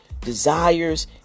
desires